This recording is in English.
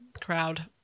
crowd